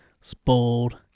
spoiled